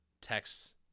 texts